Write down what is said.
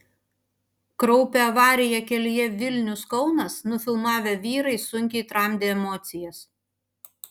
kraupią avariją kelyje vilnius kaunas nufilmavę vyrai sunkiai tramdė emocijas